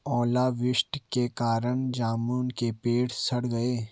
ओला वृष्टि के कारण जामुन के पेड़ सड़ गए